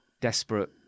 desperate